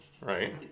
right